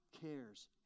cares